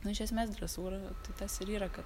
nu iš esmės dresūra tai tas ir yra kad